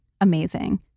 amazing